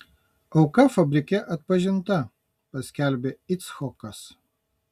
auka fabrike atpažinta paskelbė icchokas